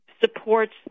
supports